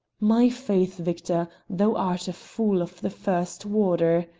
my faith, victor, thou art a fool of the first water!